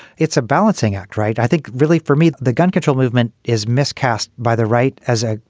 it's a balancing act, right? i think really for me, the gun control movement is miscast by the right as a.